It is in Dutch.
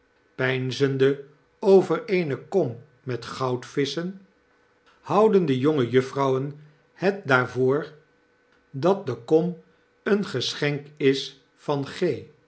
over eene kom met goudvisschen houden de jongejuffrouwen het daarvoor dat de kom een geschenk is van